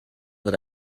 wird